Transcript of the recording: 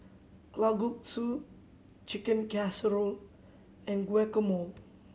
Kalguksu Chicken Casserole and Guacamole